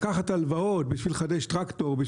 לקחת הלוואות בשביל לחדש טרקטור,